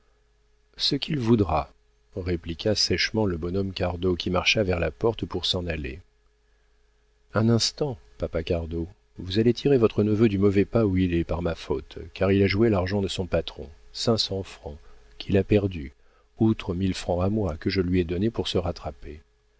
ce qu'il voudra répliqua sèchement le bonhomme cardot qui marcha vers la porte pour s'en aller un instant papa cardot vous allez tirer votre neveu du mauvais pas où il est par ma faute car il a joué l'argent de son patron cinq cents francs qu'il a perdus outre mille francs à moi que je lui ai donnés pour se rattraper